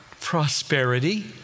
prosperity